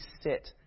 sit